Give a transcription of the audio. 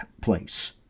place